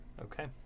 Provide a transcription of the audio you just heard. okay